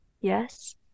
Yes